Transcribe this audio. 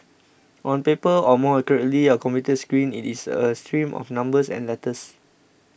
on paper or more accurately a computer screen it is a stream of numbers and letters